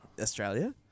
Australia